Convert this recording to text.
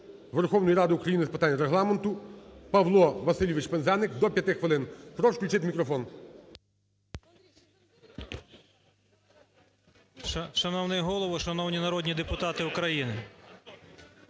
Верховної Ради України з питань Регламенту Павло Васильович Пинзеник, до 5 хвилин. Прошу включити мікрофон. 12:50:50 ПИНЗЕНИК П.В. Шановний Голово, шановні народні депутати України!